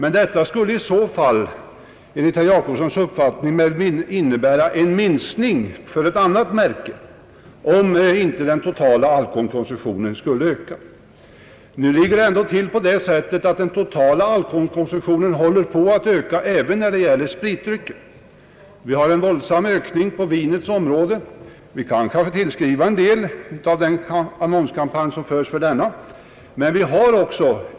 En sådan ökning skulle enligt herr Jacobssons uppfattning motsvaras av en minskning för ett annat märke. Det ligger emellertid till på det sättet att den totala konsumtionen håller på att öka, även i fråga om spritdrycker. Vinkonsumtionen ökar våldsamt, vilket kanske till en del kan tillskrivas den annonskampanj som förs till förmån för vinet.